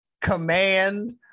command